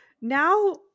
now